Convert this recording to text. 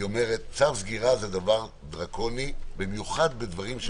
אתם אומרים " גורם מורשה לא ייתן צו סגירה מינהלי למוסד אלא